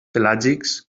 pelàgics